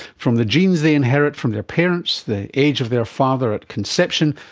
from the genes they inherit from their parents, the age of their father at conception,